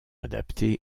adapté